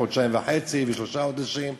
חודשיים וחצי ושלושה חודשים,